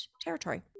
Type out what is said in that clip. territory